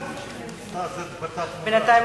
ובינתיים,